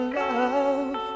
love